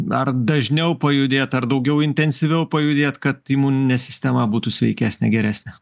ar dažniau pajudėt ar daugiau intensyviau pajudėt kad imuninė sistema būtų sveikesnė geresnė